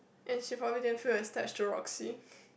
and she probably didn't feel to Roxy